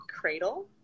cradle